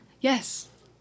Yes